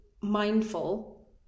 mindful